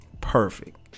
Perfect